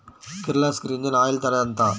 Kirloskar engine oil ధర ఎంత?